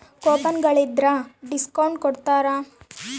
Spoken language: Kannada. ಕೂಪನ್ ಗಳಿದ್ರ ಡಿಸ್ಕೌಟು ಕೊಡ್ತಾರ